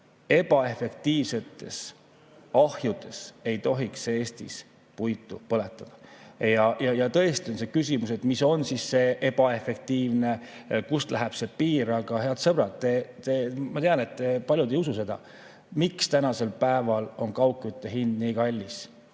ebaefektiivsetes ahjudes ei tohiks Eestis puitu põletada. Tõesti on see küsimus, mis on siis see ebaefektiivne, kust läheb see piir. Aga head sõbrad, ma tean, et te paljud ei usu seda, miks tänasel päeval on kaugkütte hind nii kallis.